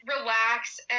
relax